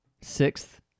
Sixth